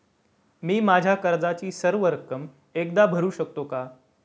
मी माझ्या कर्जाची सर्व रक्कम एकदा भरू शकतो का?